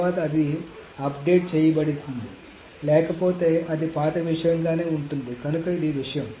తర్వాత అది అప్డేట్ చేయబడుతుంది లేకపోతే అది పాత విషయంగానే ఉంటుంది కనుక ఇది విషయం